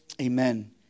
Amen